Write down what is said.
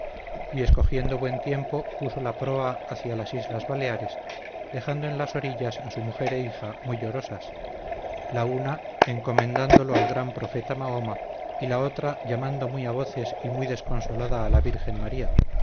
y escogiendo buen tiempo puso la proa hacía las islas baleares dejando en las orillas a su mujer e hija muy llorosas la una encomendándolo al gran profeta mahoma y la otra llamando muy a voces y muy desconsolada a la virgen maría